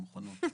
הן מוכנות.